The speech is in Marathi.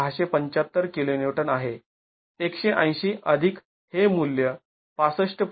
६७५ kN आहे १८० अधिक हे मूल्य ६५